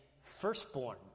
firstborn